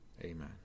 Amen